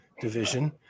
division